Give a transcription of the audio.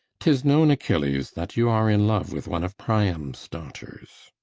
tis known, achilles, that you are in love with one of priam's daughters.